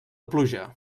pluja